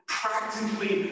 practically